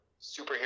superhero